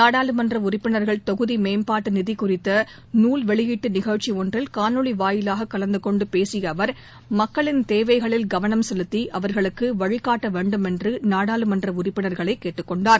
நாடாளுமன்ற உறுப்பினர்கள் தொகுதி மேம்பாட்டு நிதி குறித்த நூல் வெளியீட்டு நிகழ்ச்சி ஒன்றில் காணொலி வாயிலாகக் கலந்து கொண்டு பேசிய அவர் மக்களின் தேவைகளில் கவனம் செலுத்தி அவர்களுக்கு வழிகாட்ட வேண்டும் என்று நாடாளுமன்ற உறுப்பினர்களை கேட்டுக்கொண்டார்